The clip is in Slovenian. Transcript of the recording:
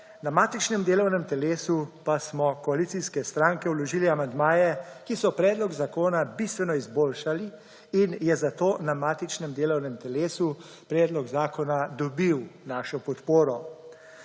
Na matičnem delovnem telesu pa smo koalicijske stranke vložile amandmaje, ki so predlog zakona bistveno izboljšali, in je zato na matičnem delovnem telesu predlog zakona dobil našo podporo.